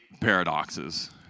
paradoxes